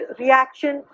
reaction